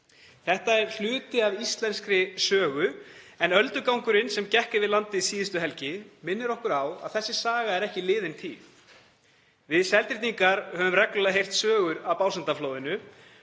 Þetta er hluti af íslenskri sögu en öldugangurinn sem gekk yfir landið síðustu helgi minnir okkur á að þessi saga er ekki liðin tíð. Við Seltirningar höfum reglulega heyrt sögur af Básendaflóðinu,